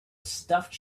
stuffed